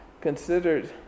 considered